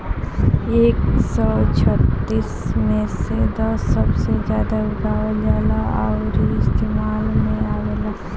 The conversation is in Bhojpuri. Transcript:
एक सौ छत्तीस मे से दस सबसे जादा उगावल जाला अउरी इस्तेमाल मे आवेला